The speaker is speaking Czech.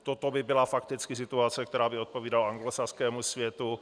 Toto by byla fakticky situace, která by odpovídala anglosaskému světu.